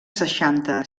seixanta